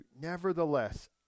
Nevertheless